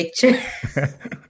picture